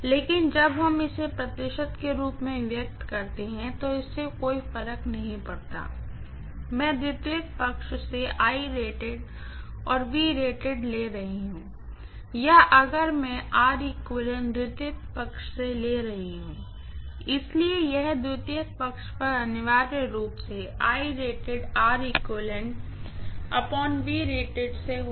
लेकिन जब हम इसे प्रतिशत के रूप में व्यक्त करते हैं तो इससे कोई फर्क नहीं पड़ता कि मैं सेकेंडरी साइड से और ले रही हूँ या अगर मैं सेकेंडरी साइड से ले रही हूँ इसलिए यह सेकेंडरी साइड पर अनिवार्य रूप से से होगा